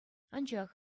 анчах